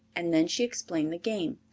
and then she explained the game.